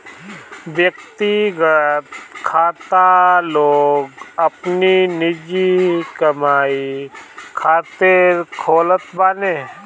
व्यक्तिगत खाता लोग अपनी निजी काम खातिर खोलत बाने